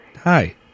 Hi